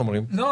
לא